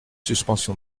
suspension